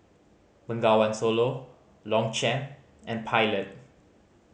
Bengawan Solo Longchamp and Pilot